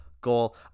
goal